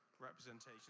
representation